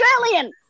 Australian